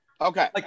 okay